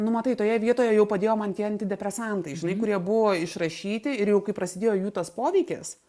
nu matai toje vietoje jau padėjo man tie antidepresantai žinai kurie buvo išrašyti ir jau kai prasidėjo jų tas poveikis